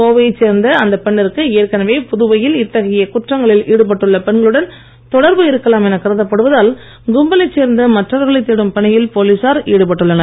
கோவையைச் சேர்ந்த அந்தப் பெண்ணிற்கு ஏற்கனவே புதுவையில் இத்தகை குற்றங்களில் ஈடுபட்டுள்ள பெண்களுடன் தொடர்பு இருக்கலாம் எனக் கருதப்படுவதால் கும்பலைச் சேர்ந்த மற்றவர்களைத் தேடும் பணியில் போலீசார் ஈடுபட்டுள்ளனர்